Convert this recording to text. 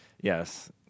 yes